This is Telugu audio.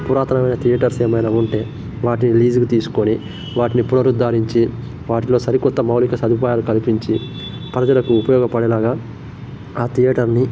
పురాతనమయిన థియేటర్స్ ఏమయినా ఉంటే వాటిని లీజుకి తీసుకొని వాటిని పునరుద్దారించి వాటిలో సరికొత్త మౌళిక సదుపాయాలు కల్పించి ప్రజలకు ఉపయోగపడేలాగ ఆ థియేటర్ని